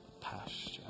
pasture